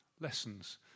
lessons